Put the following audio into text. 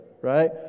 Right